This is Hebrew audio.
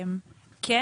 אני אענה.